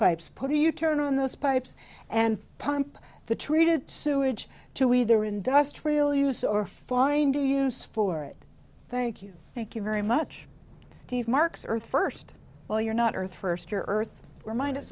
pipes put a u turn on those pipes and pump the treated sewage to either industrial use or find a use for it thank you thank you very much steve marks earth first well you're not earth first or earth remind us